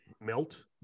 melt